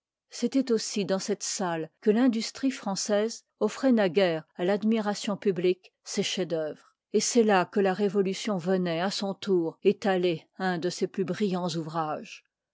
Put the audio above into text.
c'étoit aussi dans cette salle que l'industrie française offroit naguère à l'admiration publique ses thefs dœuvrë é c'est là que la révolution venoit à sôù tour étaler un de ses pîul trillans ouvrages